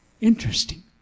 Interesting